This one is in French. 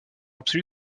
absolu